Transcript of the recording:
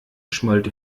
schmollte